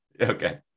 okay